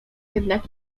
jednak